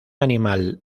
animal